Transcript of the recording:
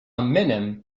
minim